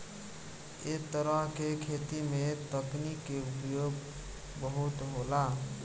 ऐ तरह के खेती में तकनीक के उपयोग बहुत होला